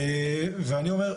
ואני אומר,